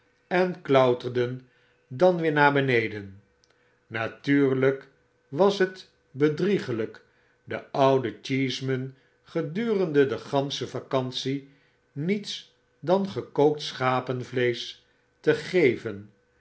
en klauterden dan weer naar beneden natuurlijk was het bedriegelyk den ouden cheeseman gedurende de gansche vacantie niets dan gekookt schapenvleesch te geven